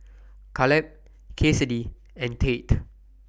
Kaleb Cassidy and Tate